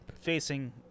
facing